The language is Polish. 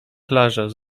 klarze